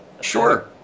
Sure